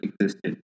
existed